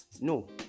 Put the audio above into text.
no